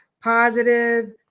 positive